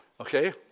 Okay